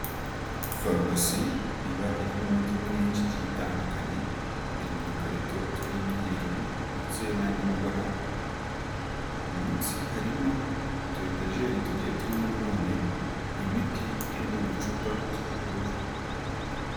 Farumasi iba irimo imiti myinshi igiye itandukanye, iri mu dukarito tw'imyeru ndetse n'andi mabara. Munsi harimo utu etageri tugiye turimo nanone imiti iri mu ducupa tw'ubururu.